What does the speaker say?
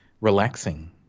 relaxing